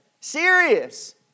Serious